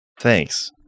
Thanks